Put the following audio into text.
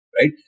Right